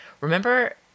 remember